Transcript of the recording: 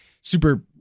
super